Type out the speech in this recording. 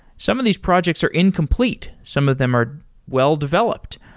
some of these projects are incomplete. some of them are well-developed,